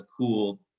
cool